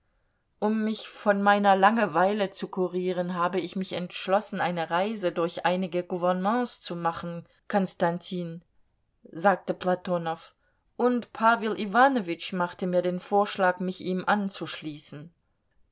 um mich von meiner langweile zu kurieren habe ich mich entschlossen eine reise durch einige gouvernements zu machen konstantin sagte platonow und pawel iwanowitsch machte mir den vorschlag mich ihm anzuschließen